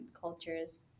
cultures